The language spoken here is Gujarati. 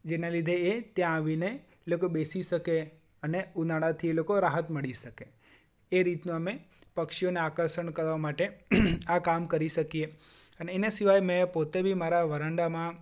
જેને લીધે એ ત્યાં આવીને એ એ લોકો બેસી શકે અને ઉનાળાથી એ લોકો રાહત મેળવી શકે એ રીતનું અમે પક્ષીઓને આકર્ષણ કરવા માટે આ કામ કરી શકીએ અને એને સિવાય મેં પોતે બી મારા વરાંડામાં